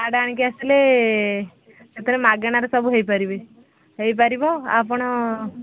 card ଆଣିକି ଆସିଲେ ସେଥିରେ ମାଗଣାରେ ସବୁ ହେଇପାରିବେ ହେଇପାରିବ ଆଉ ଆପଣ